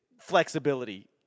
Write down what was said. flexibility